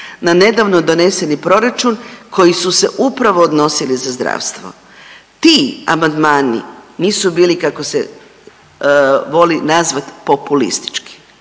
na nedavno doneseni proračun koji su se upravo odnosili za zdravstvo. Ti amandmani nisu bili kako se voli nazvat populistički.